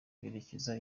berekeza